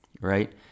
right